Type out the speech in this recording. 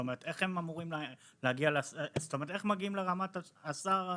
איך מגיעים לרמת השר?